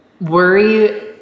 worry